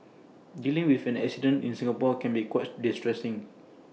dealing with an accident in Singapore can be quite distressing